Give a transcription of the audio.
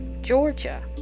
Georgia